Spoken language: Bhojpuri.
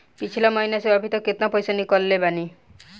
पिछला महीना से अभीतक केतना पैसा ईकलले बानी?